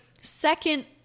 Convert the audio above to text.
second